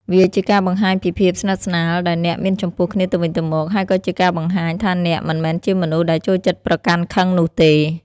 វាជាការបង្ហាញពីភាពស្និទ្ធស្នាលដែលអ្នកមានចំពោះគ្នាទៅវិញទៅមក ហើយក៏ជាការបង្ហាញថាអ្នកមិនមែនជាមនុស្សដែលចូលចិត្តប្រកាន់ខឹងនោះទេ។